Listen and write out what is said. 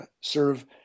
serve